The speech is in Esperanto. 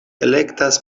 elektas